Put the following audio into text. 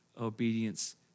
obedience